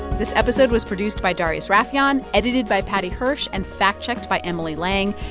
this episode was produced by darius rafieyan, edited by paddy hirsch and fact-checked by emily lang.